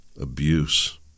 Abuse